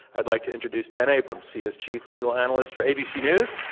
i'd like to introduce dan abrams. he is chief legal analyst for abc news.